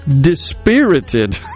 dispirited